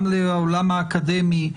גם לעולם האקדמי,